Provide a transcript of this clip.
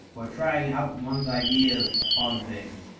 for trying out one's ideas upon things,